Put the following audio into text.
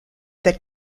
that